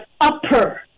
upper